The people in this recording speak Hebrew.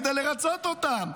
כדי לרצות אותם.